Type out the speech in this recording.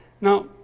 Now